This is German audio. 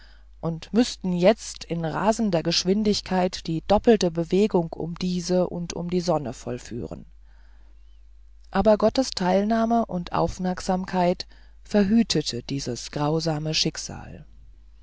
und müßten jetzt in rasender geschwindigkeit die doppelte bewegung um diese und um die sonne vollführen aber gottes teilnahme und aufmerksamkeit verhütete dieses grausame schicksal